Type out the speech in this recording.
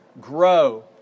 Grow